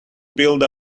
build